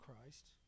Christ